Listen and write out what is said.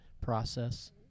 process